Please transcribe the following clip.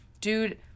dude